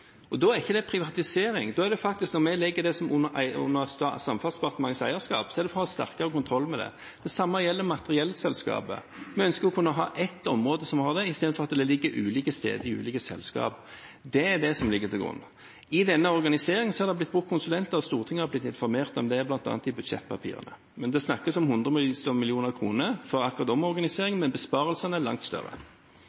Da er ikke det privatisering. Det er faktisk slik at når vi legger eierskapet til Samferdselsdepartementet, er det for å ha sterkere kontroll med det. Det samme gjelder materiellselskapet. Vi ønsker å kunne ha ett område som har det, istedenfor at det ligger ulike steder i ulike selskap. Det er det som ligger til grunn. I denne organiseringen har det blitt brukt konsulenter, og Stortinget har blitt informert om det, bl.a. i budsjettpapirene. Det snakkes om hundrevis av millioner kroner for akkurat